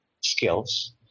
skills